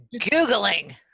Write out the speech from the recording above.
googling